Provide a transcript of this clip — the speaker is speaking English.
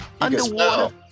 Underwater